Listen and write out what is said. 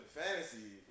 fantasy